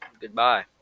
goodbye